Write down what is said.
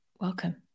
welcome